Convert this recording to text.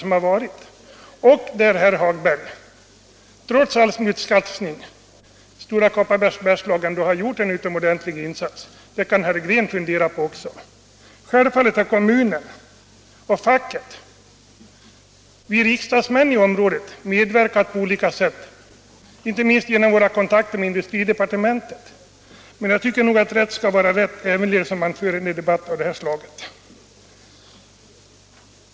Stora Kopparbergs Bergslags AB har, herrar Hagberg och Green, trots all smutskastning ändå gjort stora insatser. Självfallet har också kommunen, facket och vi riksdagsmän i området medverkat på olika sätt, inte minst genom våra kontakter med industridepartementet. Jag tycker att rätt skall vara rätt även i en debatt av det här slaget.